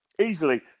easily